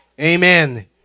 Amen